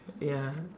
ya